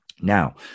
Now